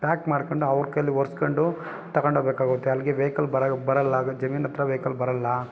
pack ಮಾಡ್ಕಂಡು ಅವ್ರ ಕೈಲಿ ಹೊರ್ಸ್ಕೊಂಡು ತಗಂಡು ಹೋಗ್ಬೇಕಾಗುತ್ತೆ ಅಲ್ಲಿಗೆ ವೆಯ್ಕಲ್ ಬರ ಬರಲ್ಲ ಆಗ ಜಮೀನು ಹತ್ರ ವೆಯ್ಕಲ್ ಬರಲ್ಲ